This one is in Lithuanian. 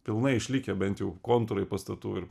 pilnai išlikę bent jau kontūrai pastatų ir